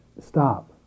stop